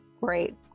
Great